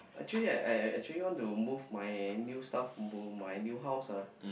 actually I I I actually want to move my new stuff into my new house ah